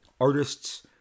artists